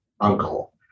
uncle